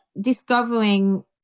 discovering